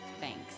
thanks